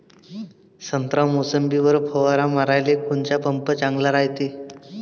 संत्रा, मोसंबीवर फवारा माराले कोनचा पंप चांगला रायते?